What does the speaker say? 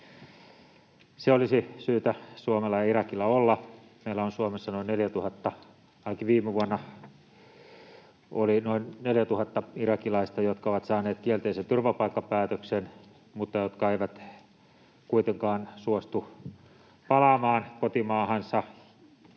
Se olisi syytä Suomella ja Irakilla olla. Meillä on Suomessa noin 4 000 — ainakin viime vuonna oli noin 4 000 — irakilaista, jotka ovat saaneet kielteisen turvapaikkapäätöksen mutta jotka eivät kuitenkaan suostu palaamaan kotimaahansa,